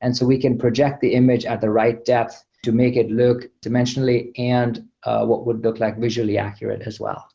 and so we can project the image at the right depth to make it look dimensionally and what would look like visually accurate as well